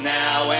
now